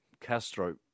Castro